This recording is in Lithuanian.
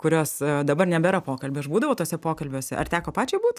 kurios dabar nebėra pokalbių aš būdavau tuose pokalbiuose ar teko pačiai būt